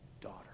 daughter